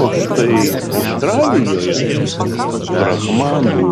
o štai australijoje brahmanų